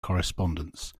correspondence